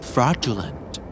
Fraudulent